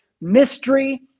mystery